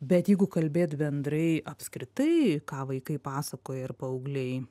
bet jeigu kalbėt bendrai apskritai ką vaikai pasakoja ir paaugliai